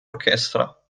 orchestra